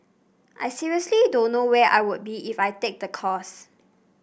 I seriously don't know where I would be if I take the course